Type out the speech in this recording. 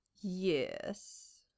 Yes